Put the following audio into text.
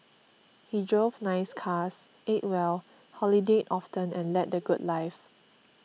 he drove nice cars ate well holidayed often and led the good life